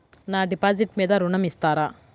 నా డిపాజిట్ మీద ఋణం ఇస్తారా?